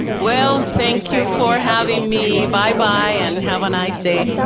well, thank you for having me. bye-bye and have a nice day,